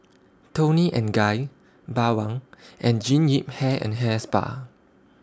Toni and Guy Bawang and Jean Yip Hair and Hair Spa